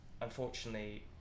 unfortunately